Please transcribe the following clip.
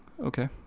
okay